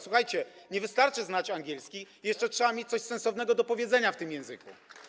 Słuchajcie, nie wystarczy znać angielski, trzeba jeszcze mieć coś sensownego do powiedzenia w tym języku.